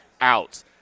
out